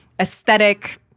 Aesthetic